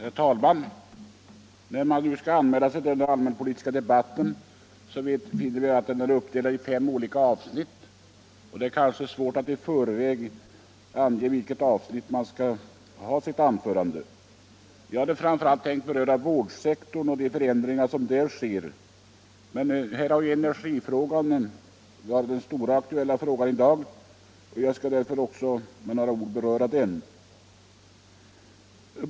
Herr talman! När man skall anmäla sig till den allmänpolitiska debatten finner man att den är uppdelad i fem olika avsnitt. Det kan vara svårt att i förväg ange inom vilket avsnitt man skall hålla sitt anförande. Jag hade framför allt tänkt beröra vårdsektorn och de förändringar som där sker. Men här har nu energipolitiken varit den stora aktuella frågan i dag, och jag skall därför också med några ord beröra den.